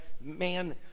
man